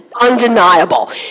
undeniable